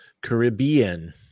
Caribbean